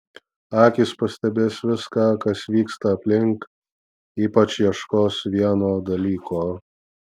akys pastebės viską kas vyksta aplink ypač ieškos vieno dalyko